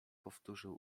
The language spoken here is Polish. powtórzył